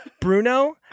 Bruno